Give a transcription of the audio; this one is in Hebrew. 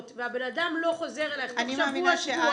והבן אדם לא חוזר אליך תוך שבוע-שבועיים,